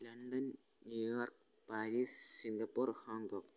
London New York Paris Singapore Hong Kong